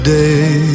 day